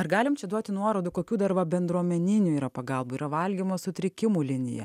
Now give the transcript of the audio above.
ar galim čia duoti nuorodų kokių dar va bendruomeninių yra pagalbų yra valgymo sutrikimų linija